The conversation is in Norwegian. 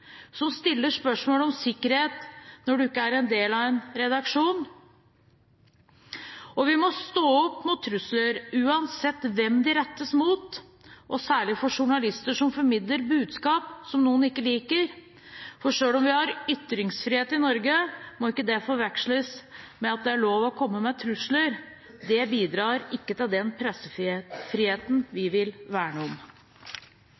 som stiller spørsmål om sikkerhet når noen ikke er en del av en redaksjon? Vi må stå opp mot trusler, uansett hvem de rettes mot, og særlig trusler mot journalister som formidler budskap som noen ikke liker. For selv om vi har ytringsfrihet i Norge, må ikke det forveksles med at det er lov å komme med trusler. Det bidrar ikke til den pressefriheten vi vil verne om.